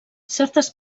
certes